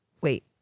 Wait